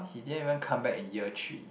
he didn't even come back in year three